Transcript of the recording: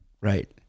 Right